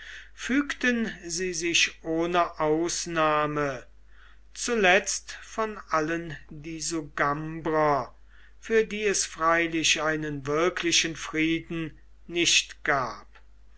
fügten sie sich ohne ausnahme zuletzt von allen die sugambrer für die es freilich einen wirklichen frieden nicht gab